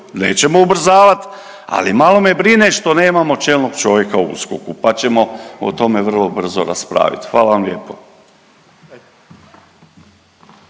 nećemo ubrzavati ali malo me brine što nemamo čelnog čovjeka u USKOK-u pa ćemo o tome vrlo brzo raspraviti. Hvala vam lijepo.